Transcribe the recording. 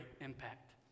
impact